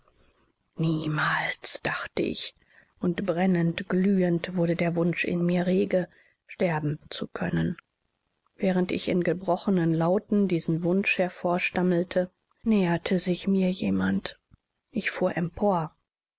niemals dachte ich und brennend glühend wurde der wunsch in mir rege sterben zu können während ich in gebrochenen lauten diesen wunsch hervorstammelte näherte sich mir jemand ich fuhr empor